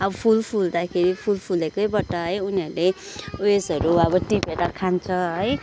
अब फुल फुल्दाखेरि फुल फुलेकैबाट है उनीहरूले उयसहरू अब टिपेर खान्छ है